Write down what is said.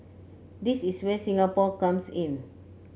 this is where Singapore comes in